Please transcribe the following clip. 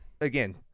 again